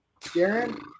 Darren